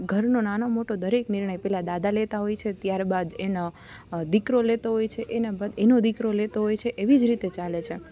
ઘરનો નાનો મોટો દરેક નિર્ણય પહેલાં દાદા લેતા હોય છે ત્યારબાદ એનો દીકરો લેતો હોય છે એનો દીકરો લેતો હોય છે એવીજ રીતે ચાલે છે